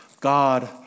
God